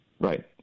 Right